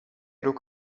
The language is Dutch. rook